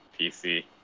PC